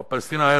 בפלשתינה-א"י,